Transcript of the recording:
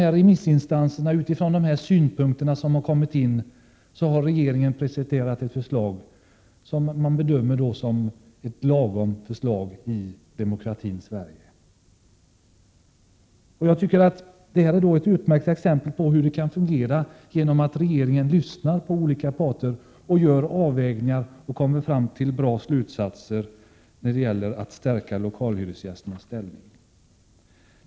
Med utgångspunkt i dessa remissinstansers synpunkter har regeringen nu presenterat ett förslag, som man bedömer som ett lagom förslag i demokratins Sverige. Jag tycker att detta är ett utmärkt exempel på hur det kan fungera när regeringen lyssnar till olika parter, gör avvägningar och kommer fram till goda slutsatser när det gäller att stärka lokalhyresgästernas ställning.